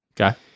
Okay